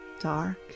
dark